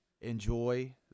enjoy